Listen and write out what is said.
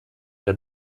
der